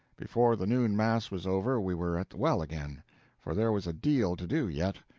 before the noon mass was over, we were at the well again for there was a deal to do yet,